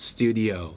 Studio